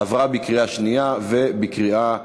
עברה בקריאה שנייה ובקריאה שלישית.